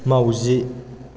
माउजि